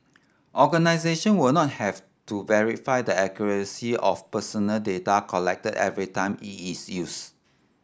organisation will not have to verify the accuracy of personal data collected every time it is used